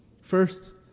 First